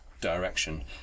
direction